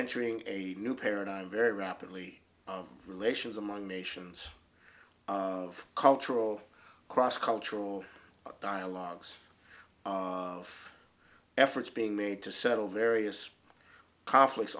entering a new paradigm very rapidly relations among nations of cultural cross cultural dialogues of efforts being made to settle various conflicts